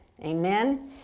amen